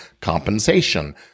compensation